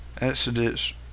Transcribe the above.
Exodus